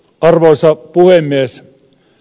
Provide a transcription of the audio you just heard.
arvoisa puhemies